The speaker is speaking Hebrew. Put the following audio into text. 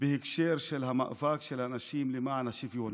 מאוד בהקשר המאבק של הנשים למען השוויון.